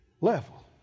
Level